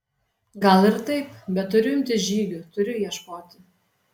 gal ir taip bet turiu imtis žygių turiu ieškoti